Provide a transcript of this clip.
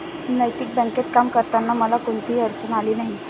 नैतिक बँकेत काम करताना मला कोणतीही अडचण आली नाही